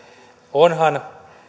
onhan